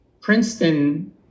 Princeton